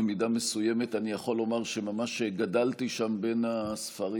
במידה מסוימת אני יכול לומר שממש גדלתי שם בין הספרים,